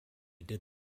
did